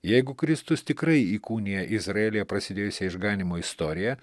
jeigu kristus tikrai įkūnija izraelyje prasidėjusią išganymo istoriją